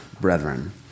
brethren